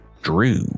Drew